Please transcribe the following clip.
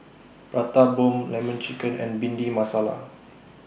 Prata Bomb Lemon Chicken and Bhindi Masala